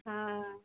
हँ